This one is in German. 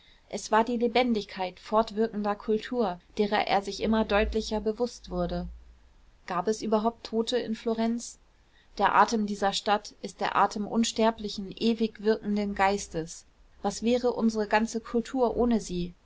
es war die lebendigkeit fortwirkender kultur deren er sich immer deutlicher bewußt wurde gab es überhaupt tote in florenz der atem dieser stadt ist der atem unsterblichen ewig wirkenden geistes was wäre unsere ganze kultur ohne sie